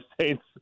Saints